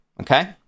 okay